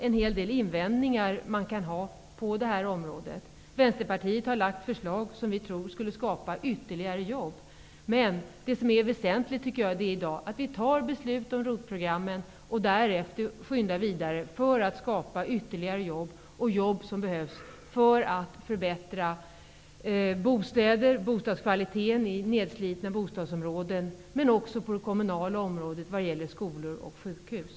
En hel del invändningar kan alltså göras på det här området. Vi i Vänsterpartiet har därför lagt fram förslag som vi tror skulle innebära att ytterligare jobb kunde skapas. Men det väsentliga i dag är att vi fattar beslut om ROT-programmen och att vi därefter skyndar vidare för att skapa ytterligare jobb. Det gäller då åtgärder som behövs för att förbättra bostäderna och bostadskvaliteten i nedslitna bostadsområden samt åtgärder som är nödvändiga på det kommunala området vad gäller skolor och sjukhus.